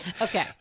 Okay